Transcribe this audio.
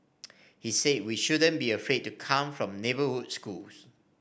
he said we shouldn't be afraid to come from neighbourhood schools